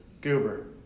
Goober